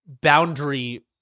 boundary